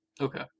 Okay